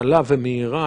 קלה ומהירה.